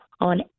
on